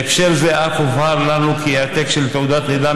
בהקשר זה אף הובהר לנו כי העתק של תעודת לידה